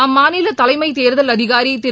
அம்மாநில தலைமைத் தேர்தல் அதிகாரி திரு